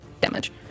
damage